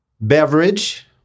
Beverage